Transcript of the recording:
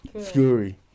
Fury